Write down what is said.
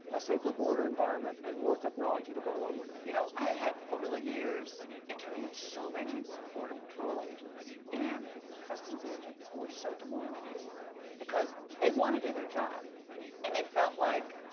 safer border environment and work technology to go along with it. laura you know i had over the years interviewed so many border patrol agents and customs agents who were so demoralized because they want to do their job and they felt like,